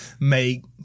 make